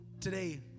today